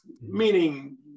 meaning